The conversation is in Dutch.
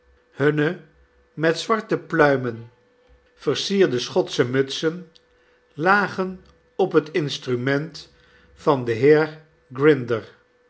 grinder met nog meer schotsehe mutsen lagen op het instrument van den heer grinder